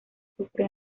sufre